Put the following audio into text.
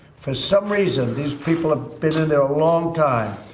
for some reason, these people have been in there a long time.